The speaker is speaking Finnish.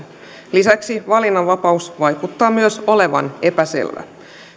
lisäksi valinnanvapaus vaikuttaa myös olevan epäselvä